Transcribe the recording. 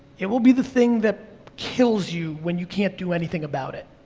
it will be the thing that kills you when you can't do anything about it.